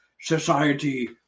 society